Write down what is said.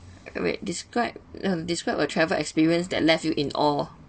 wait describe uh describe a travel experience that left you in awe